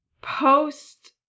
Post